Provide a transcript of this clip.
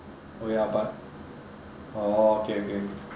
oh ya but oh okay okay